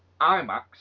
IMAX